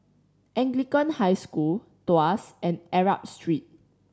Anglican High School Tuas and Arab Street